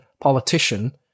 politician